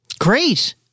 Great